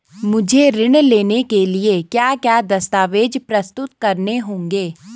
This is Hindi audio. मुझे ऋण लेने के लिए क्या क्या दस्तावेज़ प्रस्तुत करने होंगे?